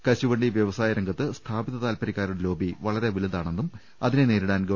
കശുവണ്ടി വ്യവസായ രംഗത്ത് സ്ഥാപിത താൽപര്യക്കാരുടെ ലോബി വളരെ വലുതാണെന്നും അതിനെ നേരിടാൻ ഗവ